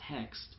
text